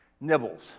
nibbles